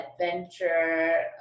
adventure